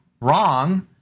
wrong